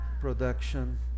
production